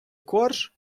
корж